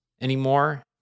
anymore